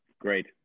Great